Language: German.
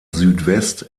südwest